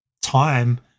time